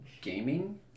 gaming